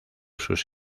sus